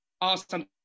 Awesome